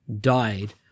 died